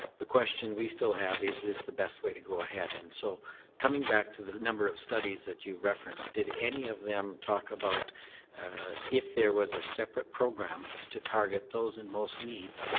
the question we still have is this the best way to go ahead. and so coming back to the number of studies that you've referenced, did any of them talk about if there was a separate program to target those in most need,